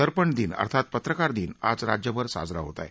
दर्पण दिन अर्थात पत्रकार दिन आज राज्यभर साजरा होत आहे